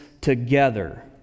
together